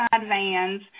vans